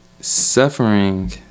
suffering